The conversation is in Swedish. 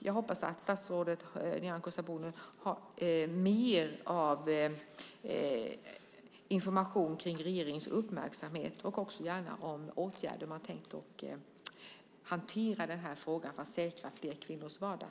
Jag hoppas att statsrådet Nyamko Sabuni har mer information om den uppmärksamhet regeringen visar de här grupperna och också gärna om åtgärder regeringen har tänkt vidta för att hantera frågan och säkra fler kvinnors vardag.